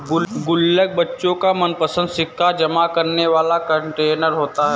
गुल्लक बच्चों का मनपंसद सिक्का जमा करने वाला कंटेनर होता है